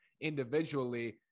individually